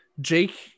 Jake